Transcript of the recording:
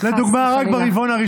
חס וחלילה.